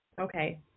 Okay